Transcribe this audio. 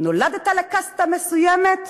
נולדת לקסטה מסוימת,